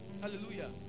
Hallelujah